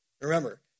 remember